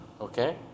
okay